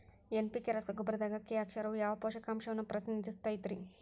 NPK ರಸಗೊಬ್ಬರದಾಗ K ಅಕ್ಷರವು ಯಾವ ಪೋಷಕಾಂಶವನ್ನ ಪ್ರತಿನಿಧಿಸುತೈತ್ರಿ?